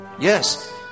Yes